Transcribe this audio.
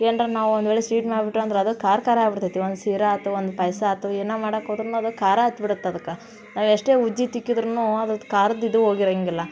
ಏನಾರೂ ನಾವು ಒಂದು ವೇಳೆ ಸೀಟ್ ಮಾಡ್ಬಿಟ್ವಿ ಅಂದ್ರೆ ಅದು ಖಾರ ಖಾರ ಆಗಿಬಿಡ್ತೈತಿ ಒಂದು ಶಿರಾ ಆಯ್ತು ಒಂದು ಪಾಯಸ ಆಯ್ತು ಏನು ಮಾಡಕ್ಕೆ ಹೋದ್ರು ಅದಕ್ಕೆ ಖಾರ ಹತ್ತಿ ಬಿಡತ್ತೆ ಅದಕ್ಕೆ ನಾವು ಎಷ್ಟೇ ಉಜ್ಜಿ ತಿಕ್ಕಿದ್ರೂ ಅದು ಖಾರದ ಇದು ಹೋಗಿರಂಗಿಲ್ಲ